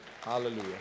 Hallelujah